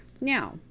Now